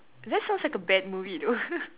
that sounds like a bad movie though